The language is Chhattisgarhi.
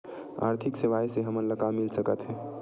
आर्थिक सेवाएं से हमन ला का मिल सकत हे?